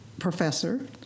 Professor